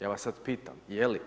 Ja vas sad pitam, je li?